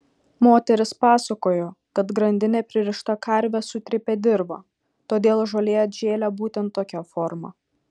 moteris pasakojo kad grandine pririšta karvė sutrypė dirvą todėl žolė atžėlė būtent tokia forma